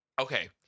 okay